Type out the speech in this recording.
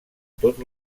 tot